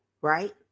right